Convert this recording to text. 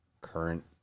current